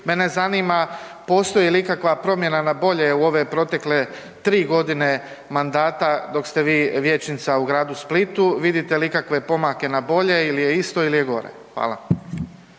Mene zanima postoji li ikakva promjena na bolje u ove protekle 3 godine mandata dok ste vi vijećnica u gradu Splitu, vidite li ikakve pomake na bolje ili je isto ili je gore? Hvala.